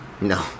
no